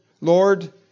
Lord